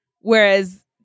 whereas